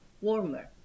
warmer